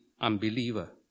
unbeliever